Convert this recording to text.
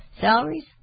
salaries